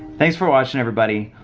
thanks for watchin', everybody.